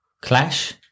Clash